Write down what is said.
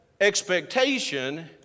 expectation